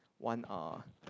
one uh